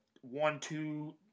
one-two